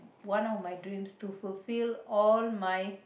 one of my dreams to fulfill all my